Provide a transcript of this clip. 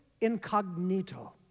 incognito